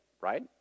right